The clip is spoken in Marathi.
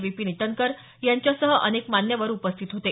विपीन इटनकर यांच्यासह अनेक मान्यवर उपस्थित होते